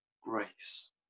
grace